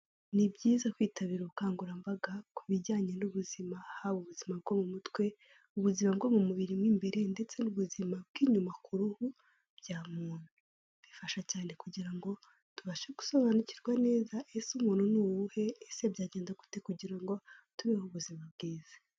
Ni byiza kwitabira ubukangurambaga ku bijyanye n'ubuzima. Haba ubuzima bwo mu mutwe, ubuzima bwo mu mubiri mo imbere ndetse n'ubuzima bw'inyuma ku ruhu bya muntu. Bifasha cyane kugira ngo tubashe gusobanukirwa neza ese umuntu ni uwuhe, ese byagenda gute kugira ngo tubeho ubuzima bwiza.